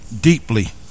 deeply